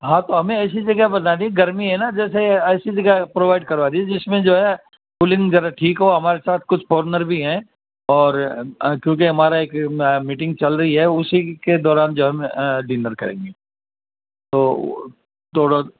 ہاں تو ہمیں ایسی جگہ بتا دی گرمی ہے نا جیسے ایسی جگہ پروائڈ کروا دیجے جس میں جو ہے کولنگ ٹھیک ہو ہمارے ساتھ کچھ فورنر بھی ہیں اور کیونکہ ہمارا ایک میٹنگ چل رہی ہے تو اسی کے دوران جو ہے ڈنر کریں گے تو تھوڑا